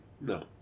No